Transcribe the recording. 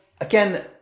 again